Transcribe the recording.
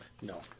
No